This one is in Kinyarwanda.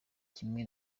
kimwe